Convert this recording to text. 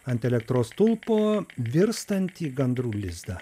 ant elektros stulpo virstantį gandrų lizdą